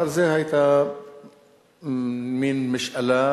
אבל זו היתה מין משאלה,